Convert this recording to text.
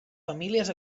famílies